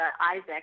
Isaac